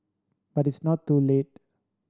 but it's not too late